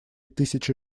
тысячи